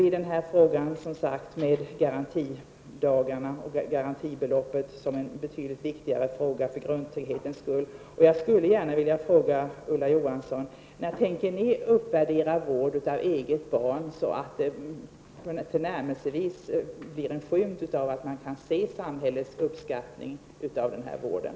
Vi driver frågan om garantidagarna och garantibeloppet som en betydligt viktigare fråga för grundtrygghetens skull. Jag skulle gärna vilja fråga Ulla Johansson: När tänker ni uppvärdera vård av eget barn, så att man kan se någon skymt av samhällets uppskattning av den vården?